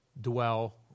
dwell